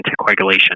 anticoagulation